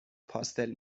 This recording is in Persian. پاستل